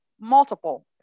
multiple